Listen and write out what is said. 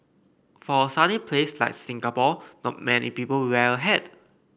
for a sunny place like Singapore not many people wear a hat